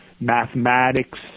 mathematics